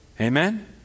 Amen